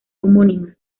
homónima